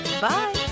bye